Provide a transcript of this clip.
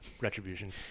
retribution